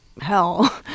hell